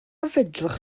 fedrwch